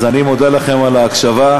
אז אני מודה לכם על ההקשבה,